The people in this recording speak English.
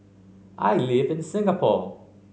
I live in Singapore